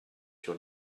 sur